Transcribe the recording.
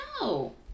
No